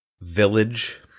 village